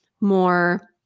more